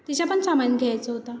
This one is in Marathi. तिचं पण सामान घ्यायचं होतं